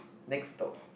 next stop